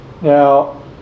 Now